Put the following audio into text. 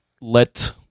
let